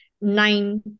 nine